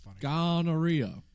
Gonorrhea